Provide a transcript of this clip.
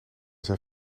zijn